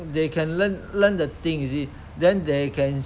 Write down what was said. they you can learn learn the thing already then they can